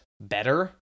better